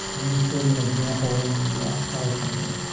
let me show you an example in the powerpoint here.